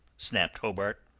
snapped hobart.